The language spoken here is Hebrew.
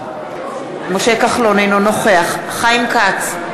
אינו נוכח חיים כץ,